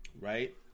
right